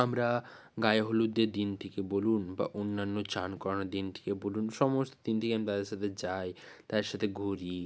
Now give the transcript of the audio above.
আমরা গায়ে হলুদের দিন থেকে বলুন বা অন্যান্য চান করানোর দিন থেকে বলুন সমস্ত দিন থেকে আমি তাদের সাথে যাই তাদের সাথে ঘুরি